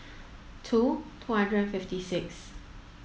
two two hundred and fifty six